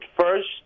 first